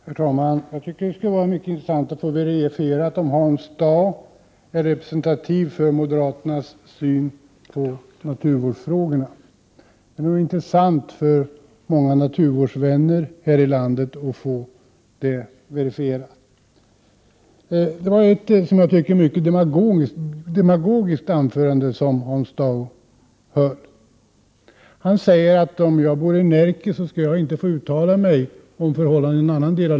Herr talman! Jag tycker att det skulle vara mycket intressant att få verifierat om Hans Dau är representativ för moderaternas syn på naturvårdsfrågorna. Det vore intressant för många naturvårdsvänner i landet att få detta klarlagt. Hans Dau höll ett mycket demagogiskt anförande. Han säger att om jag bor i Närke får jag inte uttala mig om någon annan del av landet.